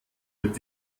wird